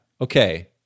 okay